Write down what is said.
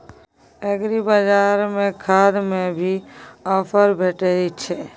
एग्रीबाजार में खाद में भी ऑफर भेटय छैय?